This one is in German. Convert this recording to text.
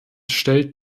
stellt